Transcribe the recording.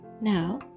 Now